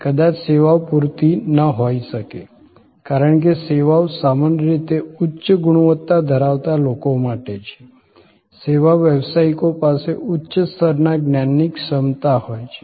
કદાચ સેવાઓ પુરતી ન હોઈ શકે કારણ કે સેવાઓ સામાન્ય રીતે ઉચ્ચ ગુણવતા ધરાવતા લોકો માટે છે સેવા વ્યાવસાયિકો પાસે ઉચ્ચ સ્તરના જ્ઞાનની ક્ષમતા હોય છે